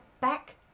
back